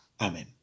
Amen